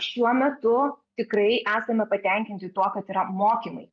šiuo metu tikrai esame patenkinti tuo kad yra mokymai